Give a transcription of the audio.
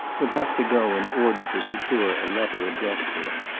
would have to go in order to secure a letter addressed to him?